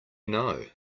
know